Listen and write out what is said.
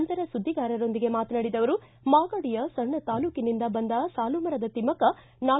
ನಂತರ ಸುದ್ಗಿಗಾರರೊಂದಿಗೆ ಮಾತನಾಡಿದ ಅವರು ಮಾಗಡಿಯ ಸಣ್ಣ ತಾಲೂಕಿನಿಂದ ಬಂದ ಸಾಲುಮರದ ತಿಮ್ನಕ್ಷ